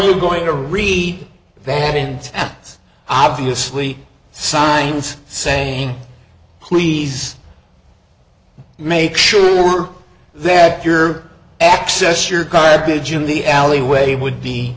you going to repeat that and that's obviously signs saying please make sure that your access your garbage in the alley way would be